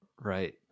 Right